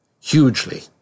hugely